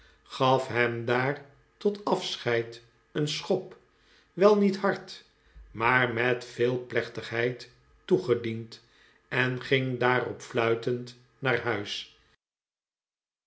gaf hem daar tot afscheid een schop wel niet hard maar met zeer veel plechtigheid toegediend en ging daarop f luitend naar huis